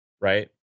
right